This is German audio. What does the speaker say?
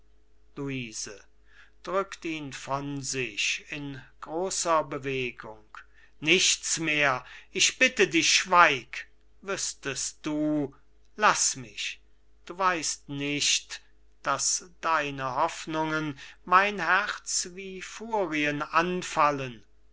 bewegung nichts mehr ich bitte dich schweig wüßtest du laß mich du weißt nicht daß deine hoffnungen mein herz wie furien anfallen